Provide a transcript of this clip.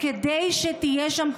כדי שתהיה שם תחנה.